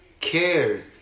cares